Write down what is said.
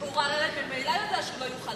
הוא הרי ממילא יודע שהוא לא יוכל לשלם,